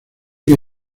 que